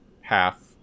half